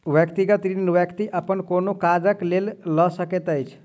व्यक्तिगत ऋण व्यक्ति अपन कोनो काजक लेल लऽ सकैत अछि